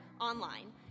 online